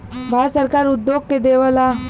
भारत सरकार उद्योग के देवऽला